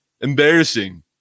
Embarrassing